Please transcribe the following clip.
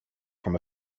from